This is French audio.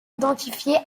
identifié